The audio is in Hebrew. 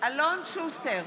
אלון שוסטר,